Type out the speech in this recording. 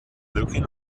looking